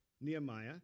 Nehemiah